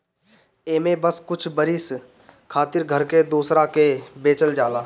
एमे बस कुछ बरिस खातिर घर के दूसरा के बेचल जाला